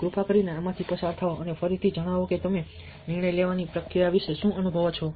કૃપા કરીને આમાંથી પસાર થાઓ અને ફરીથી જણાવો કે તમે નિર્ણય લેવાની પ્રક્રિયા વિશે શું અનુભવો છો